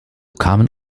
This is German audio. kamen